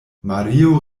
mario